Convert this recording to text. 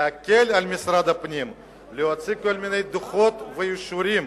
להקל על משרד הפנים להוציא כל מיני דוחות ואישורים,